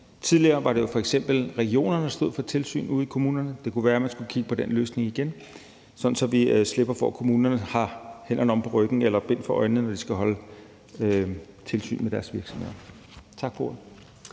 Tidligere var det jo f.eks. regionerne, der stod for tilsynet ude i kommunerne. Det kunne være, man skulle kigge på den løsning igen, sådan at vi slipper for, at kommunerne har hænderne bundet på ryggen eller bind for øjnene, når de skal føre tilsyn med deres virksomheder. Tak for